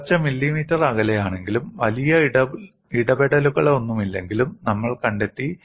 കുറച്ച് മില്ലിമീറ്റർ അകലെയാണെങ്കിലും വലിയ ഇടപെടലുകളൊന്നുമില്ലെന്നും നമ്മൾ കണ്ടെത്തി